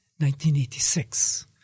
1986